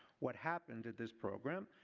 what happened to this program?